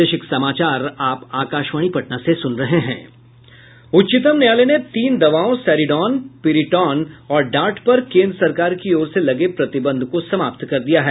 उच्चतम न्यायालय ने तीन दवाओं सेरीडॉन पिरिटॉन और डार्ट पर केंद्र सरकार की ओर से लगे प्रतिबंध को समाप्त कर दिया है